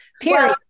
Period